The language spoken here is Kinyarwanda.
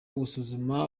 gusuzuma